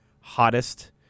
hottest